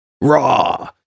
Raw